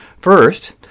First